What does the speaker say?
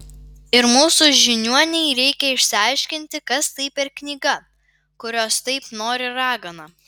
ir mūsų žiniuonei reikia išsiaiškinti kas tai per knyga kurios taip nori ragana